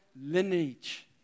lineage